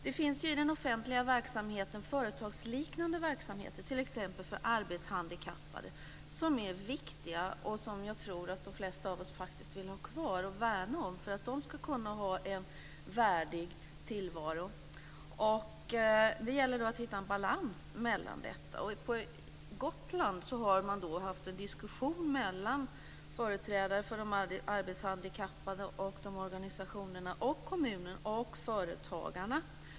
Det finns i den offentliga verksamheten företagsliknande verksamheter t.ex. för arbetshandikappade. De är viktiga, och jag tror att de flesta av oss faktiskt vill ha dem kvar och värna om dem för att de handikappade ska kunna ha en värdig tillvaro. Det gäller att hitta en balans i detta. På Gotland har man haft en diskussion mellan företrädare för de arbetshandikappade och deras organisationer och kommunerna och företagarna.